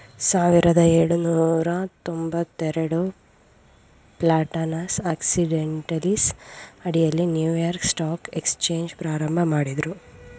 ಸಾವಿರದ ಏಳುನೂರ ತೊಂಬತ್ತಎರಡು ಪ್ಲಾಟಾನಸ್ ಆಕ್ಸಿಡೆಂಟಲೀಸ್ ಅಡಿಯಲ್ಲಿ ನ್ಯೂಯಾರ್ಕ್ ಸ್ಟಾಕ್ ಎಕ್ಸ್ಚೇಂಜ್ ಪ್ರಾರಂಭಮಾಡಿದ್ರು